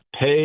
pay